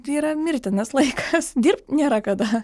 tai yra mirtinas laikas dirbt nėra kada